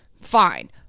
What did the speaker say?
fine